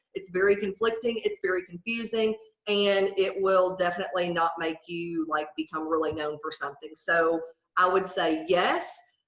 it's very conflicting. it's very confusing and it will definitely not make you like become really known for something. so i would say, yes.